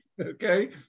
Okay